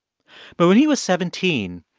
but when he was seventeen,